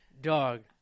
dog